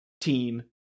team